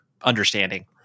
understanding